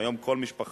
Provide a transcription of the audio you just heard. והיום כל משפחה,